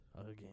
Again